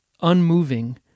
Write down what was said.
unmoving